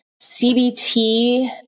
CBT